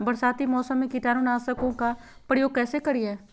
बरसाती मौसम में कीटाणु नाशक ओं का प्रयोग कैसे करिये?